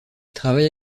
travaille